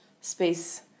space